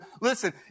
listen